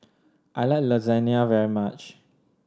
I like Lasagna very much